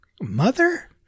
Mother